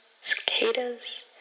cicadas